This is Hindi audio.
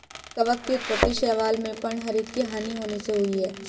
कवक की उत्पत्ति शैवाल में पर्णहरित की हानि होने से हुई है